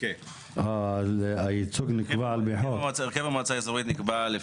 הייצוג בשיטה הזו?